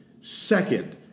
Second –